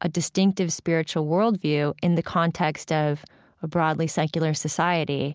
a distinctive spiritual world view in the context of a broadly secular society,